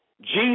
Jesus